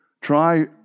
Try